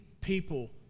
people